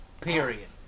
Period